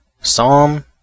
Psalm